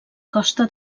costa